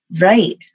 Right